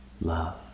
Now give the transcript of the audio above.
love